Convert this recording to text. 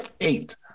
eight